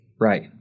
Right